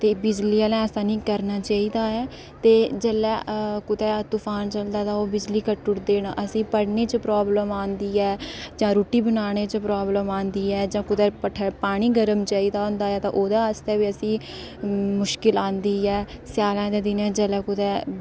ते बिजली आह्लें ऐसा निं करना चाहिदा ऐ ते जेल्लै कुदै तुफान चलदा तां ओह् बिजली कटी ओड़दे न असें गी पढ़ने च प्राब्लम औंदी ऐ जां रुट्टी बनाने च प्राब्लम औंदी ऐ जां कुतै भट्ठें पानी गर्म चाहिदा होंदा ऐ ते ओह्दे आस्तै बी असें ई मुश्कल औंदी ऐ स्याले दे दिनें जेल्लै कुतै